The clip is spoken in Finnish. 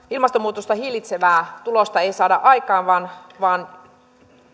ilmastonmuutosta hillitsevää tulosta ei saada aikaan vaan vaan